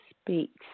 speaks